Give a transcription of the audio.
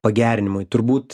pagerinimui turbūt